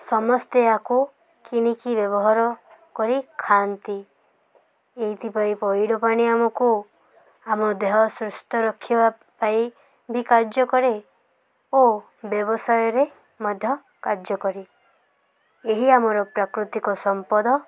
ସମସ୍ତେ ଆୟକୁ କିଣିକି ବ୍ୟବହାର କରି ଖାଆନ୍ତି ଏଇଥିପାଇଁ ପଇଡ଼ ପାଣି ଆମକୁ ଆମ ଦେହ ସୁସ୍ଥ ରଖିବା ପାଇଁ ବି କାର୍ଯ୍ୟ କରେ ଓ ବ୍ୟବସାୟରେ ମଧ୍ୟ କାର୍ଯ୍ୟ କରେ ଏହି ଆମର ପ୍ରାକୃତିକ ସମ୍ପଦ